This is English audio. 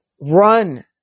Run